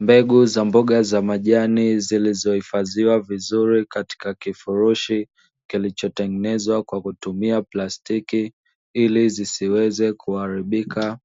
Mbegu za mboga za majani, zilizohifadhiwa vizuri Katika kifurushi kilichotengenezwa kwa kutumia plastiki ili zisiweze kuharibika,